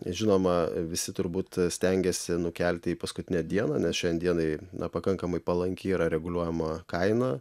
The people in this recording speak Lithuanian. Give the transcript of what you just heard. žinoma visi turbūt stengėsi nukelti į paskutinę dieną nes šiandienai na pakankamai palanki yra reguliuojama kaina